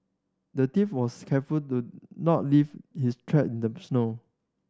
the thief was careful to not leave his track in the snow